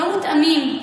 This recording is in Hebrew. לא מותאמים.